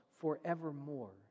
forevermore